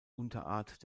unterart